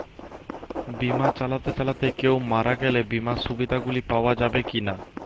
বিমা চালাতে চালাতে কেও মারা গেলে বিমার সুবিধা গুলি পাওয়া যাবে কি না?